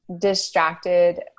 distracted